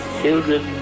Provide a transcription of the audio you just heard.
children